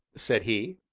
said he.